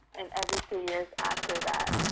and every two years after that.